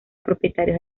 propietarios